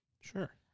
Sure